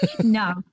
No